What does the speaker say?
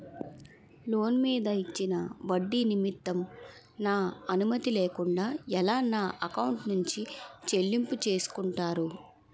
Loan మీద ఇచ్చిన ఒడ్డి నిమిత్తం నా అనుమతి లేకుండా ఎలా నా ఎకౌంట్ నుంచి చెల్లింపు చేసుకుంటారు?